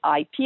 IP